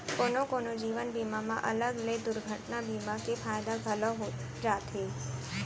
कोनो कोनो जीवन बीमा म अलग ले दुरघटना बीमा के फायदा घलौ हो जाथे